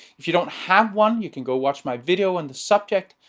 if you don't have one, you can go watch my video on the subject,